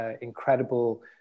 incredible